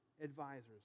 advisors